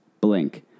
blink